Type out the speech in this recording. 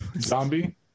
Zombie